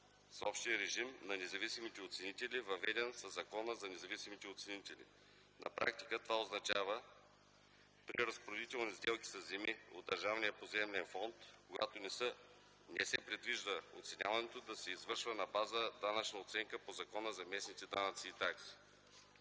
с общия режим на независимите оценители, въведен със Закона за независимите оценители. На практика това означава при разпоредителни сделки със земи от държавния поземлен фонд, когато не се предвижда оценяването да се извършва на база данъчна оценка по Закона за местните данъци и такси,